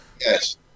Yes